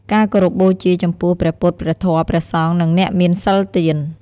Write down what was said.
ការគោរពបូជាចំពោះ ព្រះពុទ្ធ ព្រះធម៌ ព្រះសង្ឃ និងអ្នកមានសីលទាន។